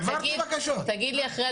בקשה.